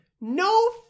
no